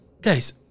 Guys